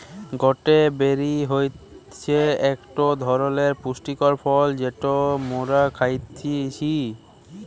গটে বেরি হতিছে একটো ধরণের পুষ্টিকর ফল যেটা মোরা খাইতেছি